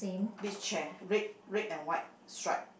beach chair red red and white stripe